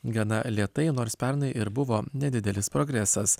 gana lėtai nors pernai ir buvo nedidelis progresas